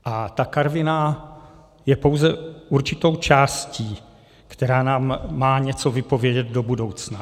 A ta Karviná je pouze určitou částí, která nám má něco vypovědět do budoucna.